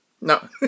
No